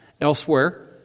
Elsewhere